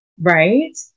Right